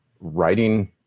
writing